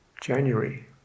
January